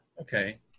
okay